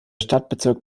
stadtbezirk